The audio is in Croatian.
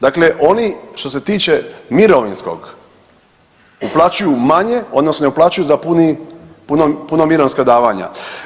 Dakle, oni što se tiče mirovinskog uplaćuju manje odnosno ne uplaćuju za puni, puna mirovinska davanja.